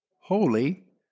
holy